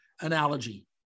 analogy